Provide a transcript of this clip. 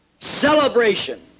celebration